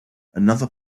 another